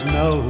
no